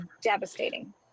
devastating